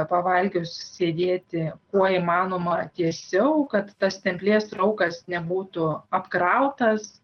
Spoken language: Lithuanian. pavalgius sėdėti kuo įmanoma tiesiau kad tas stemplės raukas nebūtų apkrautas